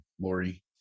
Lori